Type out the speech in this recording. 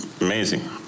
Amazing